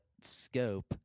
Scope